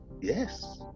Yes